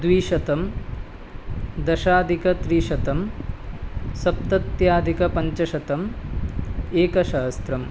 द्विशतं दशाधिकत्रिशतं सप्तत्याधिकपञ्चशतम् एकसहस्रम्